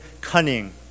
cunning